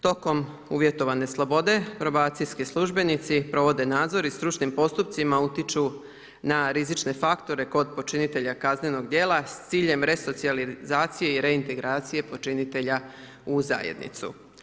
Tokom uvjetovane slobode, probacijski službenici provode nadzor i stručnim postupcima utječu na rizične faktore kod počinitelja kaznenog djela s ciljem resocijalizacije i reintegracije počinitelja u zajednicu.